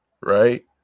right